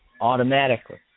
automatically